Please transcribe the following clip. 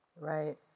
right